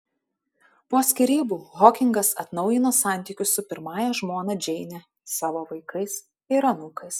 po skyrybų hokingas atnaujino santykius su pirmąja žmona džeine savo vaikais ir anūkais